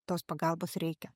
tos pagalbos reikia